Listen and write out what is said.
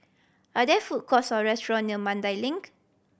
are there food courts or restaurant near Mandai Link